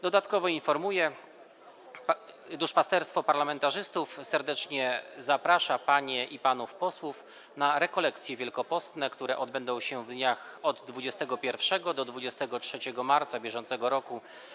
Dodatkowo informuję, że duszpasterstwo parlamentarzystów serdecznie zaprasza panie i panów posłów na rekolekcje wielkopostne, które odbędą się w dniach od 21 do 23 marca br.